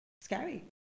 scary